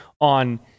on